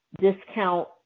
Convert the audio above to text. discount